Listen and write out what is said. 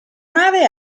nave